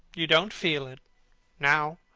you don't feel it now.